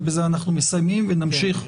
ובזה אנחנו מסיימים ונמשיך בימים הקרובים.